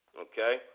okay